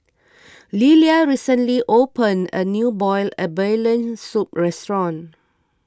Lelia recently opened a new Boiled Abalone Soup restaurant